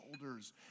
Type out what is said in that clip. shoulders